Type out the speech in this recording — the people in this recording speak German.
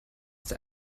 der